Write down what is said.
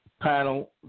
panel